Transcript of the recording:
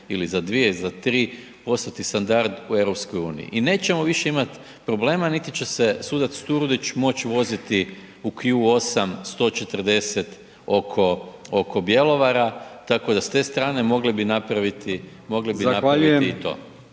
ili za dvije ili za tri postati standard u EU i nećemo više imat problema, niti će se sudac Turudić moć voziti u Q8 140 oko, oko Bjelovara, tako da s te strane mogli bi napraviti,